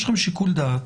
יש לכם שיקול דעת.